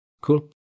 Cool